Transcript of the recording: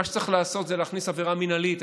מה שצריך לעשות זה להכניס עבירה מינהלית.